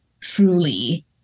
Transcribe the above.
truly